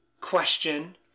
question